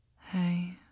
Hey